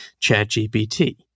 ChatGPT